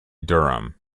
durham